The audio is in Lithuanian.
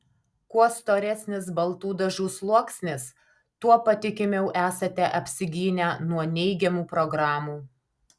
kuo storesnis baltų dažų sluoksnis tuo patikimiau esate apsigynę nuo neigiamų programų